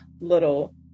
little